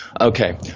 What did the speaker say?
Okay